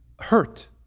hurt